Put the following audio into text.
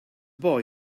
boy